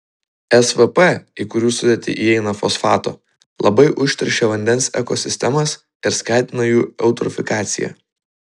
svp į kurių sudėtį įeina fosfato labai užteršia vandens ekosistemas ir skatina jų eutrofikaciją